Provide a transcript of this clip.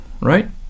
right